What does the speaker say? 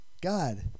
God